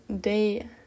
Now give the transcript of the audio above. day